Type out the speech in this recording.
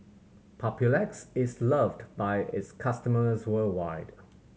Papulex is loved by its customers worldwide